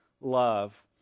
love